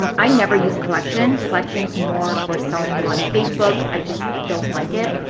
um i never use collection. collection is more for selling on facebook. i just don't like it.